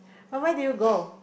but why did you go